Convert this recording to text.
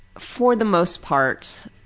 for the most part,